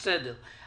בסדר.